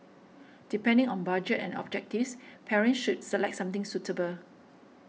depending on budget and objectives parents should select something suitable